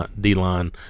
D-line